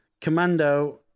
Commando